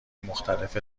مختلف